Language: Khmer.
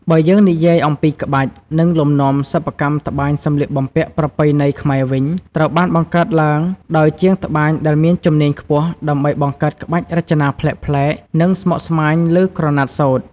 បើយើងនិយាយអំពីក្បាច់ និងលំនាំសិប្បកម្មត្បាញសម្លៀកបំពាក់ប្រពៃណីខ្មែរវិញ ត្រូវបានបង្កើតឡើងដោយជាងត្បាញដែលមានជំនាញខ្ពស់ដើម្បីបង្កើតក្បាច់រចនាប្លែកៗ និងស្មុគស្មាញលើក្រណាត់សូត្រ។